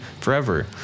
forever